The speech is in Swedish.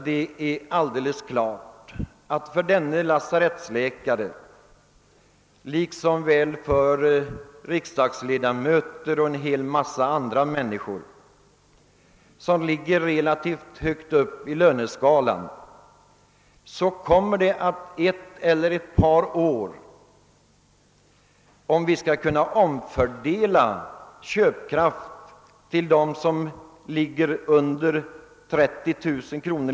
Det är alldeles klart att denne lasarettsläkare, liksom riksdagsledamöter och en mängd andra människor som ligger relativt högt upp på skatteskalan, under ett eller ett par år kommer att få avstå från en konsumtionshöjning, för att vi skall kunna omfördela köpkraften till dem, som ligger under 30 000 kr.